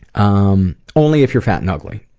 um only if you're fat and ugly,